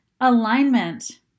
alignment